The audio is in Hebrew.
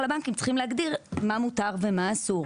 הבנקים צריכים להגדיר מה מותר ומה אסור.